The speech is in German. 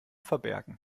verbergen